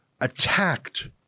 attacked